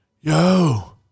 yo